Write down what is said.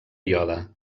iode